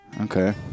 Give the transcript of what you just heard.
Okay